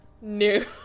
new